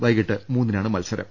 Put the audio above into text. വൈകീട്ട് മൂന്നി നാണ് മത്സരം